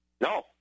No